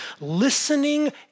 Listening